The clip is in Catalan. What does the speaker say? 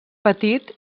petit